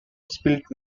spilt